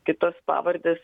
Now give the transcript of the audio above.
kitas pavardes